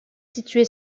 situé